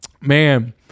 Man